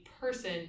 person